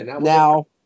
Now